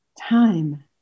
Time